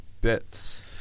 bits